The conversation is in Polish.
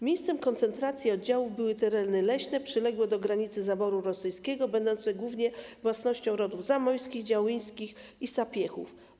Miejscem koncentracji oddziałów były tereny leśne przyległe do granicy zaboru rosyjskiego, będące głównie własnością rodów Zamoyskich, Działyńskich i Sapiehów.